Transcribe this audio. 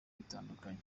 bitandukanye